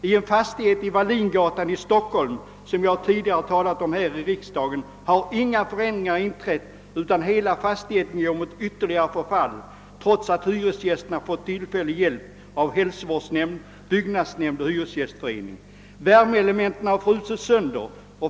I en fastighet vid Wallingatan här i Stockholm, som jag tidigare talat om i kammaren, har inga förändringar inträtt utan hela fastigheten går mot ytterligare förfall, trots att hyresgästerna fått tillfällig hjälp av hälsovårdsnämnd, byggnadsnämnd och hyresgästförening. Värmeelementen har frusit sönder.